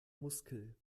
muskel